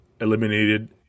eliminated